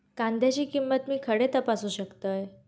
कांद्याची किंमत मी खडे तपासू शकतय?